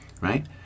right